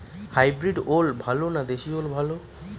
Hybrid ওল ভালো না দেশী ওল ভাল?